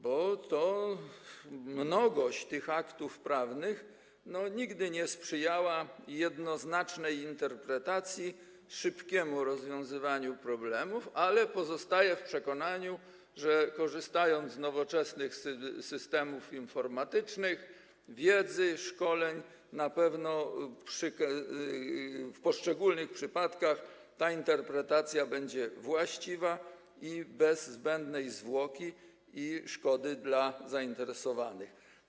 Bo mnogość aktów prawnych, nigdy nie sprzyjała jednoznacznej interpretacji, szybkiemu rozwiązywaniu problemów, ale pozostaję w przekonaniu, że dzięki wykorzystaniu nowoczesnych systemów informatycznych, wiedzy, szkoleń na pewno w poszczególnych przypadkach interpretacja będzie właściwa, bez zbędnej zwłoki i szkody dla zainteresowanych.